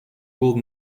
would